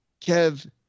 Kev